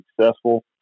successful